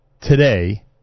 today